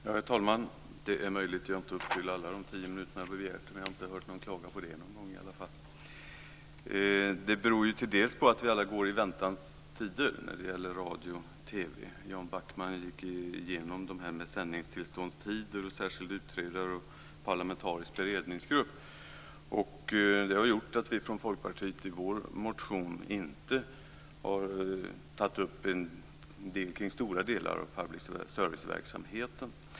Herr talman! Det är möjligt att jag inte utnyttjar alla mina tio minuter som jag har begärt, men jag har aldrig hört någon klaga på det. Det beror bl.a. på att vi alla går i väntans tider när det gäller radio och TV. Jan Backman redogjorde för sändningstillståndstider, särskild utredare och parlamentarisk beredningsgrupp. Det har gjort att vi från Folkpartiet i vår motion inte har tagit upp stora delar av public serviceverksamheten.